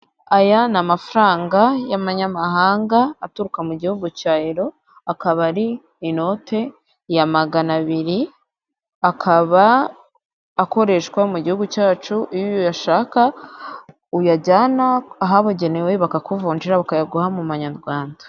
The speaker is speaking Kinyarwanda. Aya ni amafaranga y'amanyamahanga aturuka mu gihugu cya ero, akaba ari inote ya magana abiri, akaba akorehswa mu gihugu cyacu, iyo uyashaka uyajyana ahabugenewe bakakuvunjira bakayaguha mu manyarwanda.